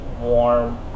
warm